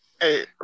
Hey